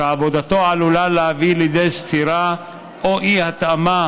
שעבודתו עלולה להביא לידי סתירה או אי-התאמה